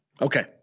Okay